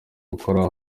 gukora